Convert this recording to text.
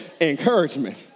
encouragement